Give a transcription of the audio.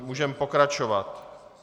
Můžeme pokračovat.